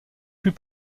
plus